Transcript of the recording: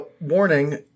Warning